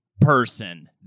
person